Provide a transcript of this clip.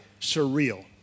surreal